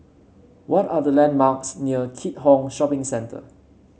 what are the landmarks near Keat Hong Shopping Centre